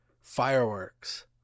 Fireworks